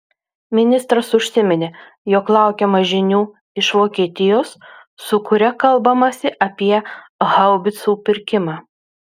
ministras užsiminė jog laukiama žinių iš vokietijos su kuria kalbamasi apie haubicų pirkimą